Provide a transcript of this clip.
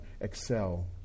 excel